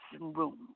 room